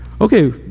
Okay